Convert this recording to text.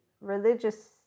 religious